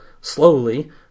slowly